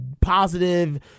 positive